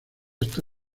está